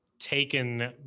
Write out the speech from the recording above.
taken